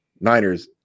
Niners